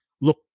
look